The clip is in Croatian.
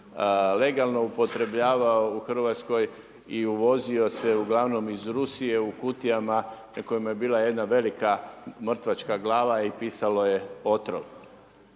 legalno upotrebljavao u Hrvatskoj i uvozio se uglavnom iz Rusije u kutijama na kojima je bila jedna velika mrtvačka glava i pisalo je otrov.